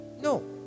No